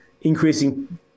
increasing